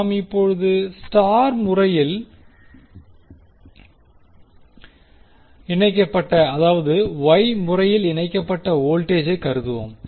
நாம் இப்போது ஸ்டார் முறையில் இணைக்கப்பட்ட அதாவது வய் முறையில் இணைக்கப்பட்ட வோல்டேஜை கருதுவோம்